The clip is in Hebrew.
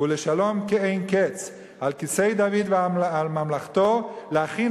ולשלום אין קץ על כסא דוד ועל ממלכתו להכין